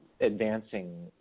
advancing